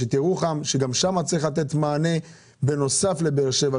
יש את ירוחם וגם שם צריך לתת מענה בנוסף לבאר שבע.